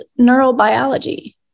neurobiology